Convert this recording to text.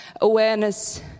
awareness